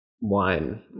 wine